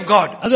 God